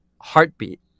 heartbeat